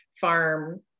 farm